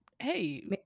hey